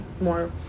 more